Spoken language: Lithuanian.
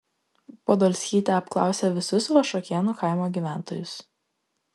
podolskytė apklausė visus vašuokėnų kaimo gyventojus